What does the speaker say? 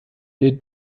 der